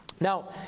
Now